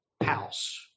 house